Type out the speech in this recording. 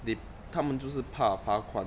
they 他们就是怕罚款